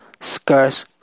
scarce